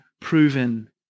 proven